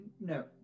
No